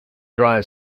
dry